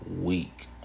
week